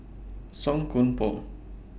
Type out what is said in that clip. Song Koon Poh